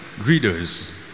readers